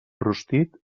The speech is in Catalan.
rostit